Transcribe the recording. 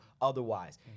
otherwise